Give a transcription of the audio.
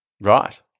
Right